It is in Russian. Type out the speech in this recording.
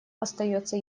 остается